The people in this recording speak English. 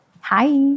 Hi